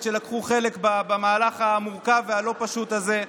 שלקחו חלק במהלך המורכב והלא-פשוט הזה,